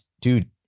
dude